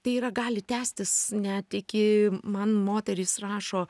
tai yra gali tęstis net iki man moterys rašo